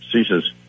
ceases